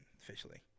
officially